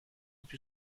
più